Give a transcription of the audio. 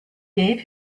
gave